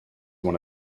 one